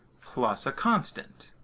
plus a constant.